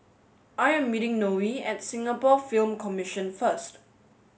I am meeting Noe at Singapore Film Commission first